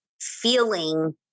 feeling